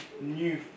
new